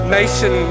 nation